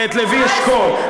ואת לוי אשכול,